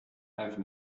have